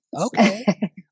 okay